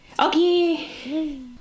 okay